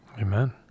Amen